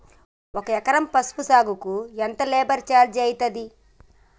ఒక ఎకరం పసుపు సాగుకు ఎంత లేబర్ ఛార్జ్ అయితది?